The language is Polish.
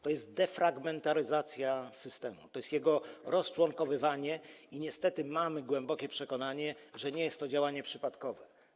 To jest defragmentaryzacja systemu, to jest jego rozczłonkowywanie i niestety mamy głębokie przekonanie, że nie jest to działanie przypadkowe.